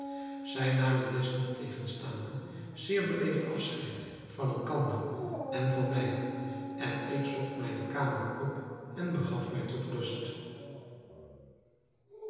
zij namen desniettegenstaande zeer beleefdelijk afscheid van elkander en van mij en ik zocht mijne kamer op en begaf mij ter rust